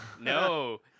No